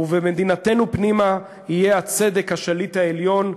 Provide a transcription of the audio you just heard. "ובמדינתנו פנימה יהא הצדק השליט העליון,